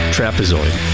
Trapezoid